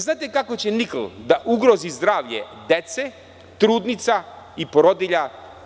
Znate li kako će nikl da ugrozi zdravlje dece, trudnica i porodilja?